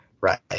Right